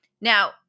Now